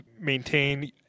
maintain